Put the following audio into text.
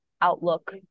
outlook